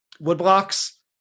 woodblocks